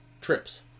Trips